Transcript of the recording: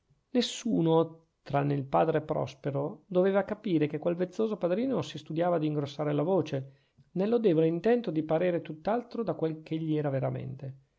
nessuno tranne il padre prospero doveva capire che quel vezzoso padrino si studiava d'ingrossare la voce nel lodevole intento di parere tutt'altro da quel ch'egli era veramente